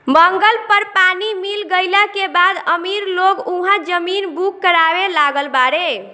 मंगल पर पानी मिल गईला के बाद अमीर लोग उहा जमीन बुक करावे लागल बाड़े